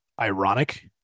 ironic